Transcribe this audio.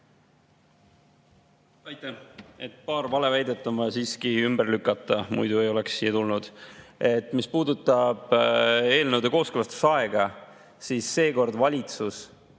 Aitäh! Paar valeväidet on vaja siiski ümber lükata, muidu ei oleks siia tulnud. Mis puudutab eelnõude kooskõlastusaega, siis seekord valitsus